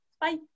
Bye